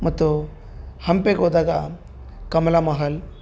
ಮತ್ತು ಹಂಪೆಗೋದಾಗ ಕಮಲಾ ಮಹಲ್